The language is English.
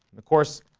of course